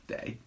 Day